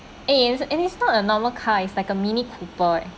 eh and it's not a normal car it's like a mini cooper eh